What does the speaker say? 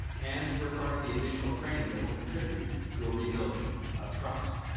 and to require the additional training that will contribute to a rebuilding of trust.